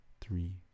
three